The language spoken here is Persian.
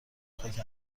خاک